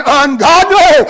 ungodly